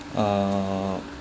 uh